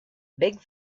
big